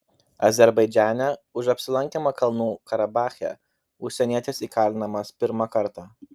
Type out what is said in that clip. azerbaidžane už apsilankymą kalnų karabache užsienietis įkalinamas pirmą kartą